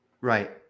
right